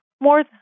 more